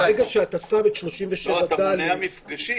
פה הכוונה למפגשים.